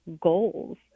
goals